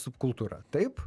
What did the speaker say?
subkultūra taip